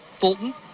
Fulton